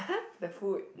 the food